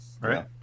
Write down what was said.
Right